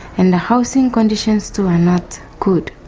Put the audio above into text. and the housing conditions too are not good.